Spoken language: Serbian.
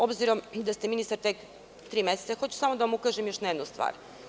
Obzirom i da ste ministar tek tri meseca, hoću samo da vam ukažem još na jednu stvar.